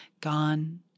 gone